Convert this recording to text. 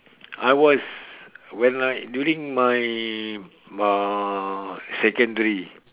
I was when like during my uh secondary